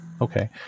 Okay